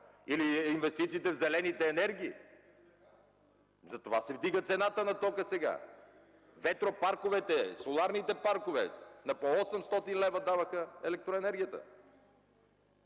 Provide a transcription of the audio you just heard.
Или инвестициите в зелените енергии?! Затова се вдига цената на тока сега. Ветропарковете, соларните паркове даваха електроенергията